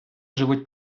живуть